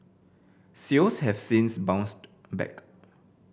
sales have since bounced back